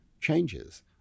changes